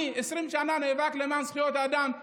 אני עשרים שנה נאבק למען זכויות אדם,